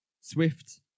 Swift